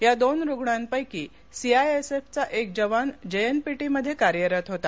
या दोन रुग्णांपैकी एक सीआयएसएफ चा जवान जेएनपीटीमध्ये कार्यरत होता